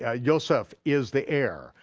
ah yoseph is the heir.